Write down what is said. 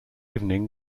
evening